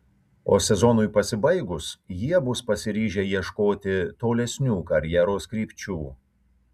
o sezonui pasibaigus jie bus pasiryžę ieškoti tolesnių karjeros krypčių